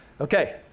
Okay